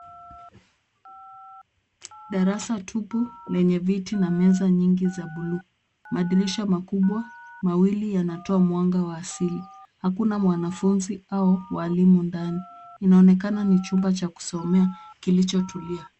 Darasa tupu lenye viti na meza nyingi za buluu. Madirisha makubwa mawili yanatoa mwanga wa asili. Hakuna mwanafunzi au walimu ndani. inaonekana ni chumba cha kusomea kilicho tulia.